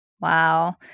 Wow